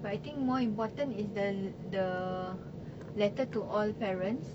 but I think more important is the the letter to all parents